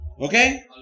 Okay